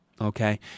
Okay